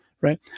Right